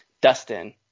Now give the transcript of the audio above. Dustin